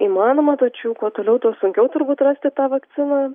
įmanoma tačiau kuo toliau tuo sunkiau turbūt rasti tą vakciną